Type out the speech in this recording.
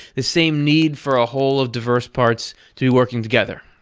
the same need for a whole of diverse parts to be working together.